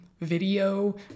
video